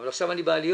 אבל עכשיו אני בעליות.